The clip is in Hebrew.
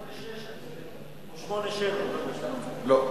8.7. לא.